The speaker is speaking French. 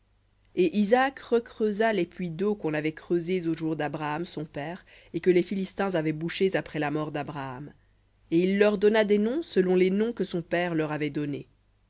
et isaac recreusa les puits d'eau qu'on avait creusés aux jours d'abraham son père et que les philistins avaient bouchés après la mort d'abraham et il leur donna des noms selon les noms que son père leur avait donnés